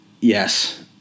yes